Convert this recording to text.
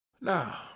Now